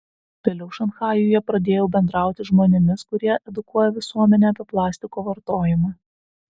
vėliau šanchajuje pradėjau bendrauti žmonėmis kurie edukuoja visuomenę apie plastiko vartojimą